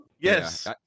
Yes